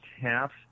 half